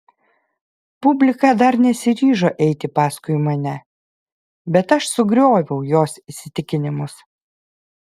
publika dar nesiryžo eiti paskui mane bet aš sugrioviau jos įsitikinimus